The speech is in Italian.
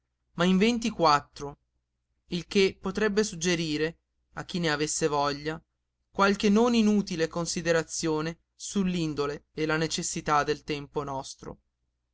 ma in ventiquattro il che potrebbe suggerire a chi ne avesse veglia qualche non inutile considerazione sull'indole e le necessità del tempo nostro